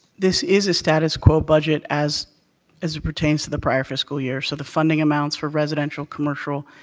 this is a status-quo budget as as it pertains to the prior fiscal year, so the funding amounts for residential, commercial,